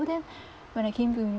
then when I came to